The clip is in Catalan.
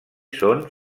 són